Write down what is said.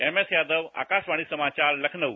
MS Yadav Akashvani समाचार लखनऊ